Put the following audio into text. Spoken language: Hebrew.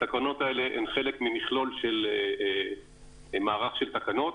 התקנות האלה הן חלק ממכלול של מערך של תקנות,